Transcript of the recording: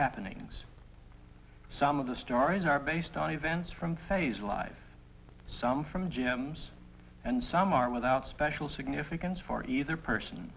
happenings some of the stories are based on events from phase life some from jim and some are without special significance for either person